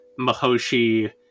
Mahoshi